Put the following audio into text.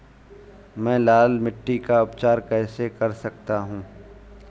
मैं लाल मिट्टी का उपचार कैसे कर सकता हूँ?